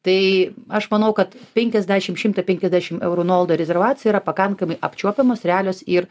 tai aš manau kad penkiasdešim šimtą penkiasdešim eurų nuolaida rezervacijai yra pakankamai apčiuopiamos realios ir